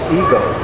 ego